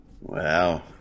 Wow